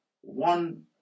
one